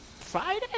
Friday